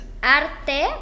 Arte